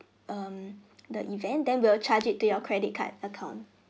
um the event then will charge it to your credit card account